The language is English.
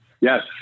yes